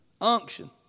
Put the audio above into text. Unction